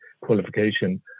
qualification